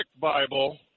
Bible